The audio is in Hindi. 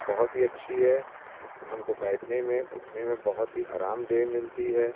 बहुत ही अच्छी है हमको बैठने में उठने में बहुत ही आरामदेह मिलती है